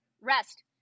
Rest